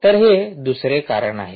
तर हे दुसरे कारण आहे